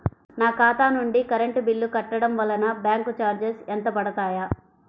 నా ఖాతా నుండి కరెంట్ బిల్ కట్టడం వలన బ్యాంకు చార్జెస్ ఎంత పడతాయా?